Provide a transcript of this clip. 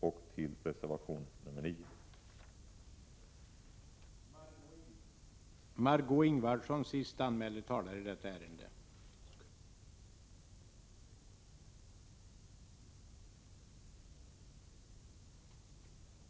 Även reservation 9 yrkar jag bifall till.